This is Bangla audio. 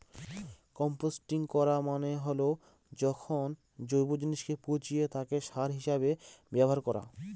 কম্পস্টিং করা মানে হল যখন জৈব জিনিসকে পচিয়ে তাকে সার হিসেবে ব্যবহার করা